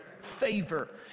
Favor